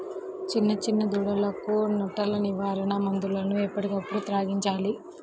చిన్న చిన్న దూడలకు నట్టల నివారణ మందులను ఎప్పటికప్పుడు త్రాగించాలి